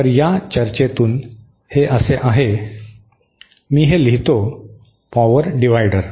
तर या चर्चेतून हे असे आहे मी हे लिहितो पॉवर डिवाइडर